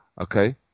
Okay